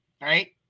right